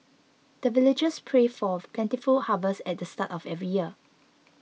the villagers pray for plentiful harvest at the start of every year